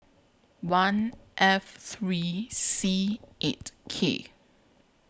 one F three C eight K